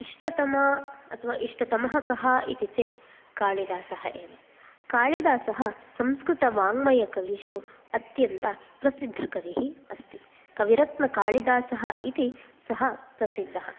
इष्टतमा अथवा इष्टतमः कः इति चेत् काळिदासः एव काळिदासः संस्कृतवाङ्मयकविषु अत्यन्तप्रसिद्धकविः अस्ति कविरत्नकालिदासः इति सः प्रसिद्धः